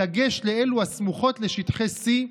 בדגש לאלה הסמוכים לשטחי C,